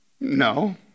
No